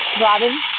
Robin